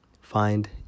Find